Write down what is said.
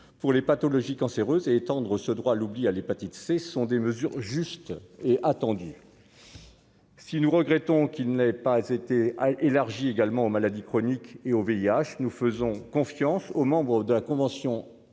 pour les pathologies cancéreuses et étendre ce droit à l'oubli à l'hépatite C sont des mesures justes et attendue. Si nous regrettons qu'il n'ait pas été élargi également aux maladies chroniques et au VIH, nous faisons confiance aux membres de la convention